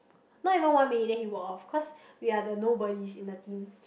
not even one minute then he walk off cause we are the nobodies in the team